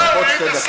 זהו, נהיית שר,